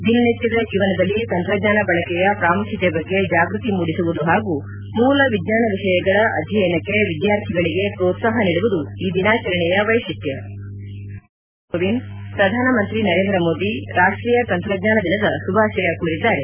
ದಿನನಿತ್ಯದ ಜೀವನದಲ್ಲಿ ತಂತ್ರಜ್ಞಾನ ಬಳಕೆಯ ಪ್ರಾಮುಖ್ಯತೆ ಬಗ್ಗೆ ಜಾಗೃತಿ ಮೂಡಿಸುವುದು ಹಾಗೂ ಮೂಲ ವಿಜ್ಞಾನ ವಿಷಯಗಳ ಅಧ್ಯಾಯನಕ್ಕೆ ವಿದ್ಯಾರ್ಥಿಗಳಿಗೆ ಪ್ರೋತ್ಸಾಹ ನೀಡುವುದು ಈ ದಿನಾಚರಣೆಯ ವೈಶಿಷ್ಟ್ಯ ರಾಷ್ಟಪತಿ ರಾಮನಾಥ ಕೋವಿಂದ್ ಪ್ರಧಾನಮಂತ್ರಿ ನರೇಂದ್ರಮೋದಿ ರಾಷ್ಟೀಯ ತಂತ್ರಜ್ಞಾನ ದಿನದ ಶುಭಾಶಯ ಕೋರಿದ್ದಾರೆ